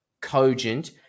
cogent